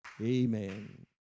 Amen